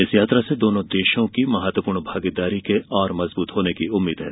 इस यात्रा से दोनों देशों की महत्वापूर्ण भागीदारी के और मजबूत होने की उम्मीद है